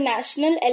National